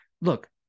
Look